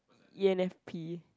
e_n_f_p